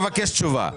כן, כי אני מבקש תשובה.